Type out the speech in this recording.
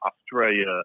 Australia